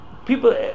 people